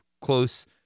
close